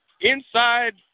inside